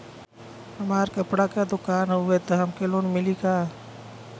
हमार कपड़ा क दुकान हउवे त हमके लोन मिली का?